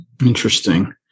interesting